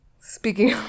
Speaking